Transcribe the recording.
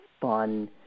fun